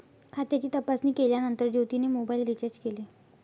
खात्याची तपासणी केल्यानंतर ज्योतीने मोबाइल रीचार्ज केले